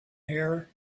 hair